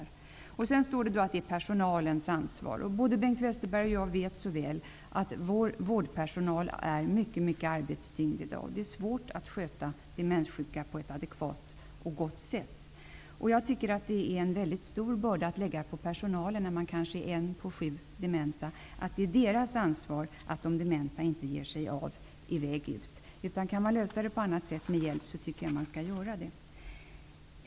Sedan säger socialministern att det är personalens ansvar. Både Bengt Westerberg och jag vet väl att vårdpersonalen är mycket arbetstyngd i dag. Det är svårt att sköta demenssjuka på ett adekvat och gott sätt. Jag tycker att det är en väldigt stor börda att lägga på personalen, när man kanske är en på sju dementa, att säga att det är personalens ansvar att se till att de dementa inte ger sig av. Kan man lösa det här på annat sätt, tycker jag att man skall göra det.